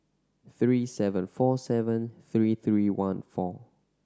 three seven four seven three three one four